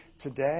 today